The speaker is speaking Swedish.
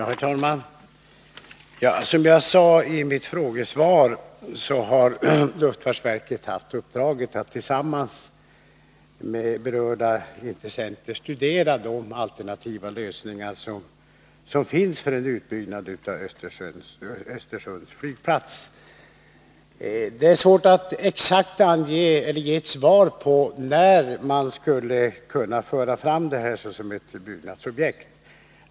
Herr talman! Som jag sade i mitt frågesvar har luftfartsverket haft uppdraget att tillsammans med berörda intressenter studera de alternativa lösningar som finns för en utbyggnad av Östersunds flygplats. Det är svårt att ge ett besked om när man skulle kunna föra fram detta som ett byggnadsobjekt.